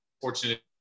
fortunate